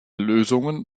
lösungen